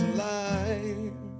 life